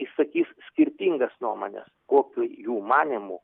išsakys skirtingas nuomones kokiu jų manymu